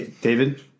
David